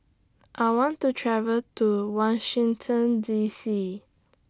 I want to travel to Washington D C